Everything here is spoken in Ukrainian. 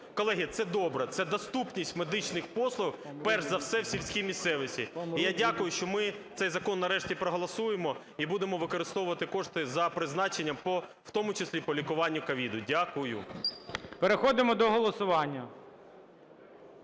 Колеги, це добре. Це доступність медичних послуг перш за все в сільській місцевості. І я дякую, що ми цей закон нарешті проголосуємо і будемо використовувати кошти за призначенням, в тому числі по лікуванню СOVID. Дякую. ГОЛОВУЮЧИЙ. Переходимо до голосування.